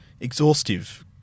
exhaustive